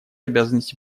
обязанности